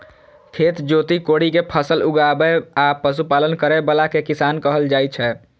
खेत जोति कोड़ि कें फसल उगाबै आ पशुपालन करै बला कें किसान कहल जाइ छै